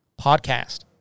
podcast